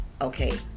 Okay